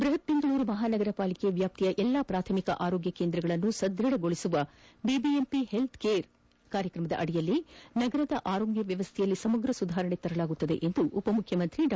ಬೃಹತ್ ಬೆಂಗಳೂರು ಮಹಾನಗರ ಪಾಲಿಕೆ ವ್ಯಾಪ್ತಿಯ ಎಲ್ಲಾ ಪಾಥಮಿಕ ಆರೋಗ್ಯ ಕೇಂದ್ರಗಳನ್ನು ಸದೃಢಗೊಳಿಸುವ ಬಿಬಿಎಂಪಿ ಹೆಲ್ತ್ ಕೇರ್ ಅಡಿಯಲ್ಲಿ ನಗರದ ಆರೋಗ್ಯ ವ್ಯವಸ್ಥೆಯಲ್ಲಿ ಸಮಗ್ರ ಸುಧಾರಣೆ ತರಲಾಗುವುದು ಎಂದು ಉಪಮುಖ್ಯಮಂತ್ರಿ ಡಾ